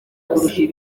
byose